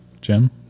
Jim